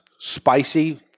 spicy